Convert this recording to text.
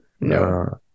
no